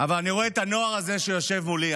אבל אני רואה את הנוער הזה שיושב מולי,